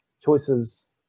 choices